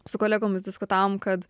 su kolegomis diskutavom kad